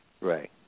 Right